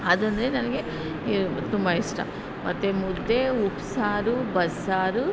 ಅದಂದರೆ ನನಗೆ ತುಂಬ ಇಷ್ಟ ಮತ್ತು ಮುದ್ದೆ ಉಪ್ಸಾರು ಬಸ್ಸಾರು